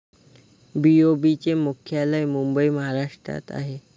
BOB चे मुख्यालय मुंबई महाराष्ट्रात आहे